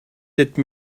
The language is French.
cette